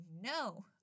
No